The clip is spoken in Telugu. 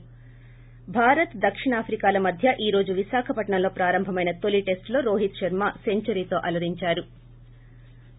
ి భారత్ దక్షిణాప్రికాల మధ్య ఈ రోజు విశాఖపట్నంలో ప్రారంభమైన తొలి టెస్టులో రోహిత్ శర్మ సెంచరీతో అలరించాడు